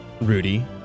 Rudy